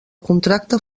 contracte